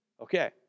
Okay